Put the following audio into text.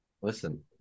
Listen